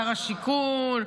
שר השיכון,